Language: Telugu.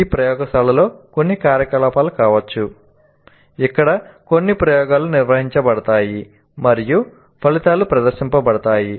ఇది ప్రయోగశాలలో కొన్ని కార్యకలాపాలు కావచ్చు ఇక్కడ కొన్ని ప్రయోగాలు నిర్వహించబడతాయి మరియు ఫలితాలు ప్రదర్శించబడతాయి